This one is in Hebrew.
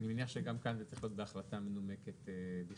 אני מניח שגם כאן זה צריך להיות בהחלטה מנומקת בכתב,